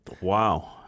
Wow